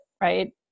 right